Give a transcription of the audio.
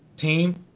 team